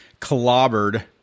clobbered